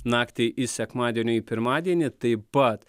naktį iš sekmadienio į pirmadienį taip pat